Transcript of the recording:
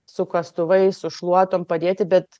su kastuvais su šluotom padėti bet